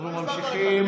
אנחנו ממשיכים,